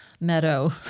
meadow